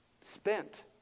spent